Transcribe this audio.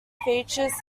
features